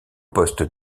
poste